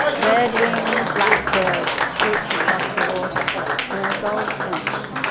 red winged blackbirds swooped across the water and a goldfinch,